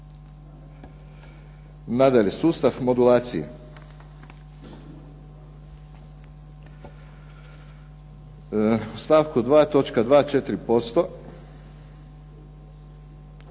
Nadalje, sustav modulacije. U stavku 2.